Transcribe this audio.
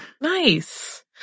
Nice